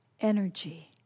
energy